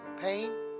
pain